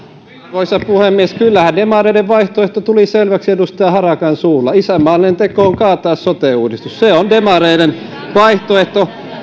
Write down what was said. arvoisa puhemies kyllähän demareiden vaihtoehto tuli selväksi edustaja harakan suulla isänmaallinen teko on kaataa sote uudistus se on demareiden vaihtoehto